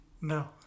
No